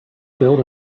build